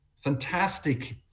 fantastic